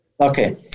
Okay